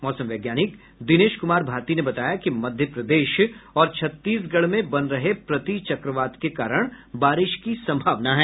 मौसम वैज्ञानिक दिनेश कुमार भारती ने बताया कि मध्य प्रदेश और छत्तीसगढ़ में बन रहे प्रतिचक्रवात के कारण बारिश की संभावना है